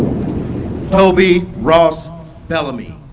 toby ross bellamy